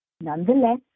Nonetheless